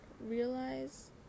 realize